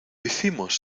hicimos